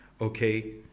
Okay